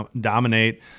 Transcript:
Dominate